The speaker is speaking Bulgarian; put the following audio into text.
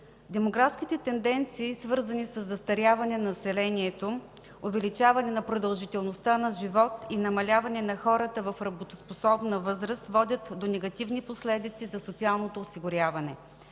Демографските тенденции, свързани със застаряване на населението, увеличаване на продължителността на живот и намаляване на хората в работоспособна възраст водят до негативни последици за социалното осигуряване,